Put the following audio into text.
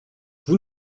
vous